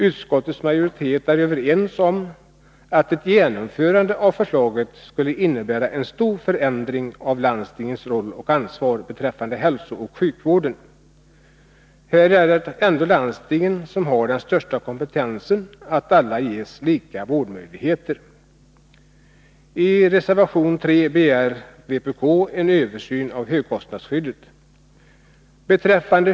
Utskottets majoritet är överens om att ett genomförande av förslaget skulle innebära en stor förändring av landstingens roll och ansvar beträffande hälsooch sjukvården. Här är det ändå landstingen som har den största kompetensen för att se till att alla ges lika vårdmöjligheter.